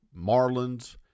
Marlins